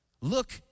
look